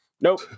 Nope